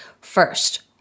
first